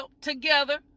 together